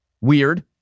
Weird